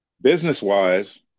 business-wise